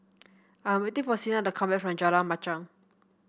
I'm waiting for Sina to come back from Jalan Machang